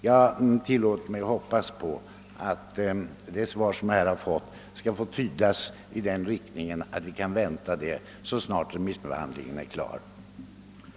Jag hoppas alltså att det svar jag fått får tydas på det sättet, att ett förslag lämnas riksdagen så snart den förberedande behandlingen är klar i departementet.